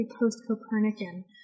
post-Copernican